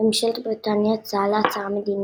לממשלת בריטניה הצעה להצהרה מדינית,